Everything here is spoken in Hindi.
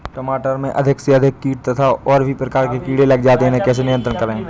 टमाटर में अधिक से अधिक कीट तथा और भी प्रकार के कीड़े लग जाते हैं इन्हें कैसे नियंत्रण करें?